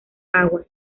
aguas